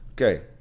Okay